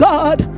God